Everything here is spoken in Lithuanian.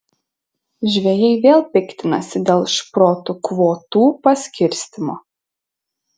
žvejai vėl piktinasi dėl šprotų kvotų paskirstymo